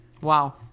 Wow